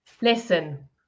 listen